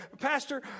Pastor